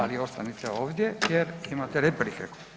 Ali ostanite ovdje jer imate replike.